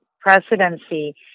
presidency